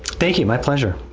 thank you. my pleasure